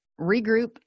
regroup